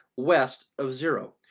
west of zero.